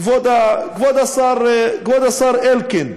כבוד השר אלקין,